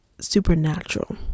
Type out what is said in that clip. supernatural